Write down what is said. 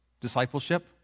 discipleship